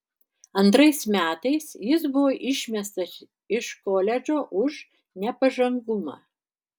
antrais metais jis buvo išmestas iš koledžo už nepažangumą